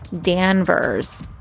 Danvers